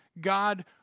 God